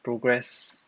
progress